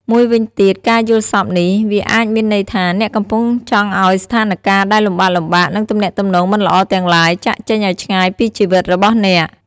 មួយវិញទៀត ការយល់សប្តិនេះ វាអាចមានន័យថា អ្នកកំពុងចង់ឲ្យស្ថានការណ៍ដែលលំបាកៗ និងទំនាក់ទំនងមិនល្អទាំងឡាយ ចាកចេញឲ្យឆ្ងាយពីជីវិតរបស់អ្នក។